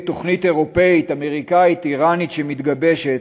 תוכנית אירופית-אמריקנית-איראנית שמתגבשת,